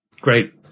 Great